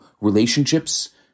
relationships